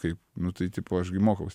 kaip nu tai tipo aš gi mokaus